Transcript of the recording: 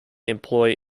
employ